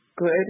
good